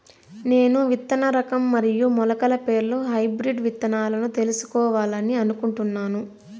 నేను విత్తన రకం మరియు మొలకల పేర్లు హైబ్రిడ్ విత్తనాలను తెలుసుకోవాలని అనుకుంటున్నాను?